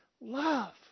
love